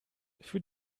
für